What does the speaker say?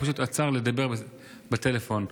הוא עצר ודיבר בטלפון.